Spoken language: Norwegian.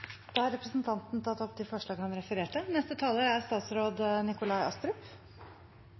Da har representanten Nicholas Wilkinson tatt opp de forslagene han refererte til. Det er